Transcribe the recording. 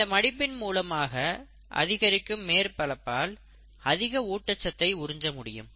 இந்த மடிப்பின் மூலமாக அதிகரிக்கும் மேற்பரப்பால் அதிக ஊட்டச்சத்தை உறிஞ்ச முடியும்